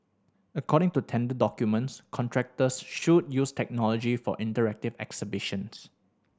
according to tender documents contractors should use technology for interactive exhibitions